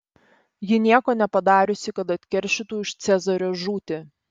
ji nieko nepadariusi kad atkeršytų už cezario žūtį